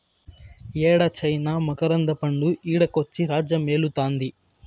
యేడ చైనా మకరంద పండు ఈడకొచ్చి రాజ్యమేలుతాంది